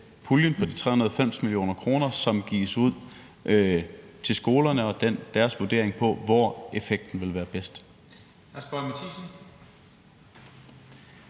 puljen på de 390 mio. kr., som gives ud til skolerne og deres vurdering af, hvor effekten vil være bedst.